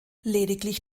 lediglich